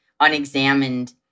Unexamined